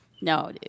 No